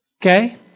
okay